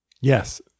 Yes